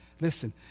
Listen